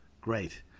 Great